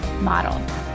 Model